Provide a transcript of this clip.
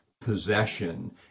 possession